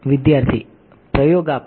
વિદ્યાર્થી પ્રયોગ આપો